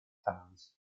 towns